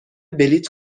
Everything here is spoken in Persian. بلیط